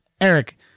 Eric